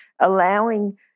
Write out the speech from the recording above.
allowing